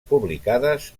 publicades